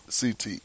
CT